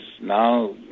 now